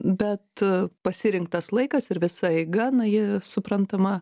bet pasirinktas laikas ir visa eiga na ji suprantama